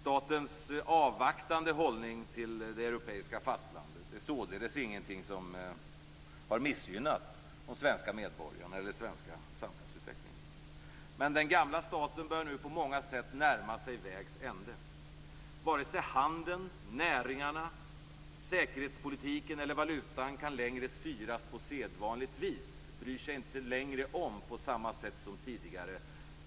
Statens avvaktande hållning till det europeiska fastlandet har således inte missgynnat de svenska medborgarna eller den svenska samhällsutvecklingen. Men den gamla staten börjar nu på många sätt närma sig vägs ände. Varken handeln, näringarna, säkerhetspolitiken eller valutan kan längre styras på sedvanligt vis. På dessa områden bryr man sig inte på samma sätt som tidigare